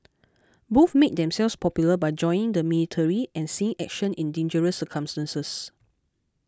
both made themselves popular by joining the military and seeing action in dangerous circumstances